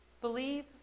Believe